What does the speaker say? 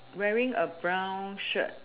wearing a brown shirt